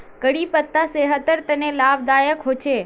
करी पत्ता सेहटर तने लाभदायक होचे